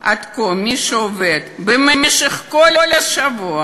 על כל מי שעובד במשך כל השבוע,